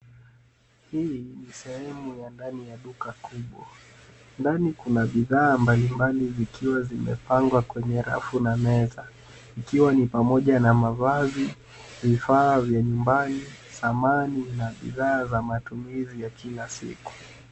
Hii ni sehemu ya ndani ya duka kubwa. Ndani kuna bidhaa mbalimbali zikiwa zimepangea kwa rafu na meza. Ikiwa ni pamoja na mavazi vifaa vya nyumbani, samani na bidhaa za matumizi ya kila siku